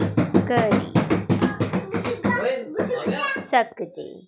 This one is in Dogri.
करी सकदे